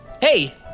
Hey